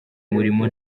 umurimo